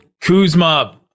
Kuzma